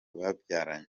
babyaranye